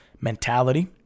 mentality